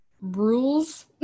rules